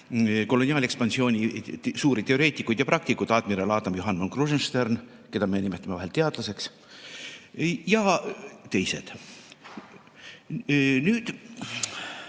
koloniaalekspansiooni suuri teoreetikud ja praktikuid, admiral Adam Johann von Krusenstern, keda me peame ainult teadlaseks, ja teised. Nüüd,